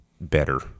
better